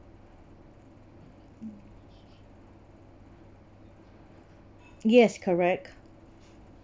yes correct